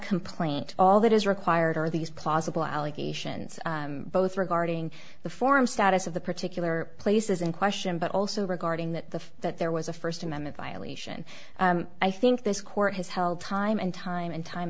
complaint all that is required are these plausible allegations both regarding the form status of the particular places in question but also regarding that the that there was a first amendment violation i think this court has held time and time and time